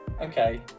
okay